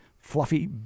fluffy